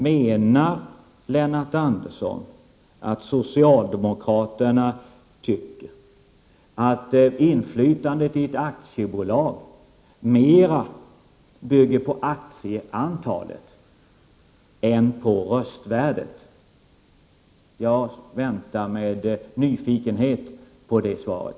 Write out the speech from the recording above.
Menar Lennart Andersson att socialdemokraterna tycker att inflytandet i ett aktiebolag mer bygger på aktieantalet än på röstvärdet? Jag väntar med nyfikenhet på svaret.